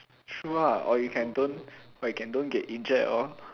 true ah or you can don't like can don't get injured at all